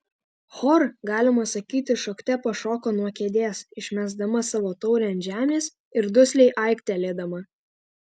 hor galima sakyti šokte pašoko nuo kėdės išmesdama savo taurę ant žemės ir dusliai aiktelėdama